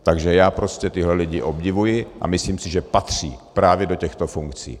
Takže já prostě tyhle lidi obdivuji a myslím si, že patří právě do těchto funkcí.